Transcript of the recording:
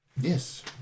Yes